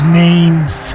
name's